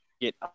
get